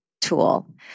tool